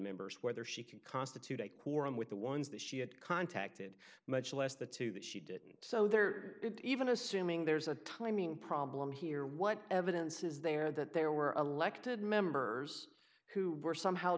members whether she could constitute a quorum with the ones that she had contacted much less the two that she didn't so they're even assuming there's a timing problem here what evidence is there that there were elected members who were somehow